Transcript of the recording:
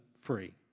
free